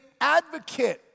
advocate